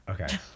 Okay